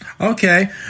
okay